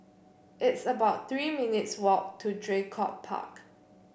it's about Three minutes' walk to Draycott Park